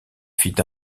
fit